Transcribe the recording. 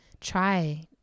try